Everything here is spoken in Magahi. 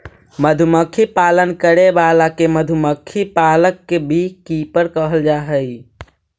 मधुमक्खी पालन करे वाला के मधुमक्खी पालक बी कीपर कहल जा हइ